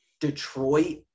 detroit